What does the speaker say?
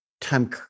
time